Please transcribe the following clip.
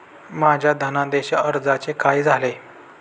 माझ्या धनादेश अर्जाचे काय झाले?